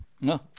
No